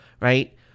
right